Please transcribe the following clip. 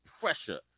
Pressure